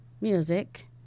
Music